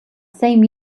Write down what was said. same